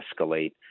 escalate